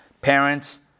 Parents